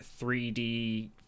3D